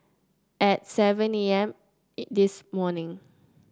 at seven A M this morning